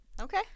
Okay